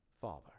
father